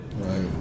Right